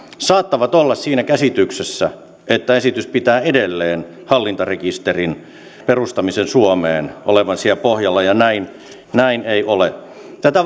saattavat olla siinä käsityksessä että esityksessä edelleen hallintarekisterin perustaminen suomeen olisi siellä pohjalla ja näin näin ei ole tätä